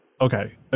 okay